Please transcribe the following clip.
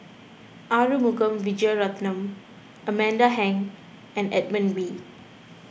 Arumugam Vijiaratnam Amanda Heng and Edmund Wee